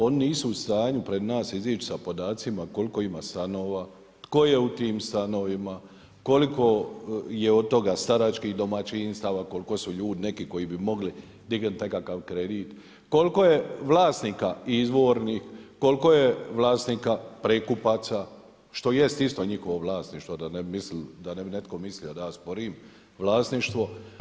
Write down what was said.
Oni nisu u stanju pred nas izići sa podacima koliko ima stanova, tko je u tim stanovima, koliko je od toga staračkih domaćinstava, koliko su ljudi neki koji bi mogli dignuti nekakav kredit, koliko je vlasnika izvornih, koliko je vlasnika prekupaca, što jest isto njihovo vlasništvo, da ne bi netko mislio da ja sporim vlasništvo.